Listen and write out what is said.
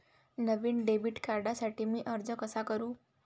नवीन debit कार्डसाठी मी अर्ज कसा करू?